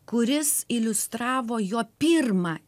kuris iliustravo jo pirmą